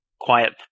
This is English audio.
quiet